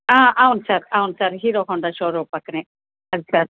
అవును సార్ అవును sir Hero Honda showroom పక్కనే అది సార్